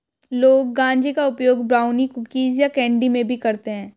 लोग गांजे का उपयोग ब्राउनी, कुकीज़ या कैंडी में भी करते है